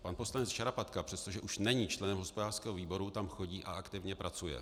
Pan poslanec Šarapatka, přestože už není členem hospodářského výboru, tam chodí a aktivně pracuje.